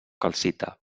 calcita